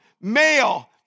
male